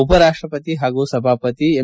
ಉಪ ರಾಷ್ಟಪತಿ ಹಾಗೂ ಸಭಾಪತಿ ಎಂ